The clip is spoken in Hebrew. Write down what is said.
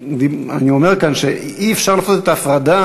אלא אני אומר כאן שאי-אפשר לעשות את ההפרדה